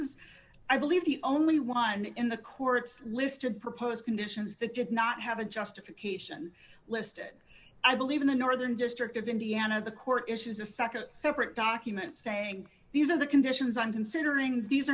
is i believe the only one in the courts listed proposed conditions that did not have a justification listed i believe in the northern district of indiana the court issues a nd separate document saying these are the conditions i'm considering these